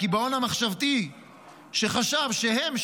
הקיבעון המחשבתי שחשב שהם שם,